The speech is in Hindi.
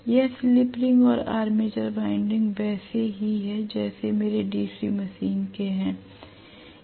यह स्लिप रिंग और आर्मेचर वाइंडिंग वैसे ही है जैसे मेरे डीसी मशीन के है